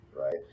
Right